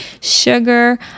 Sugar